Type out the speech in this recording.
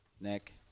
Nick